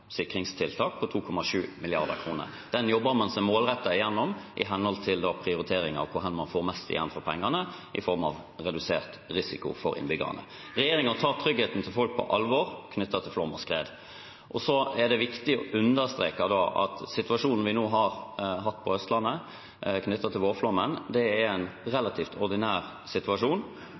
henhold til prioriteringer over hvor man får mest igjen for pengene i form av redusert risiko for innbyggerne. Regjeringen tar på alvor tryggheten til folk i forbindelse med flom og skred. Det er også viktig å understreke at situasjonen vi nå har hatt på Østlandet knyttet til vårflommen, er en relativt ordinær situasjon